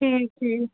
ٹھیٖک ٹھیٖک